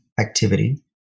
Activity